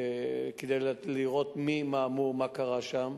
כדי לראות מי-מה-מו, מה קרה שם,